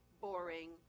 boring